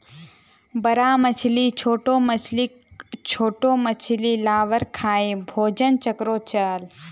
बड़का मछली छोटो मछलीक, छोटो मछली लार्वाक खाएं भोजन चक्रोक चलः